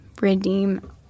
redeem